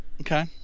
Okay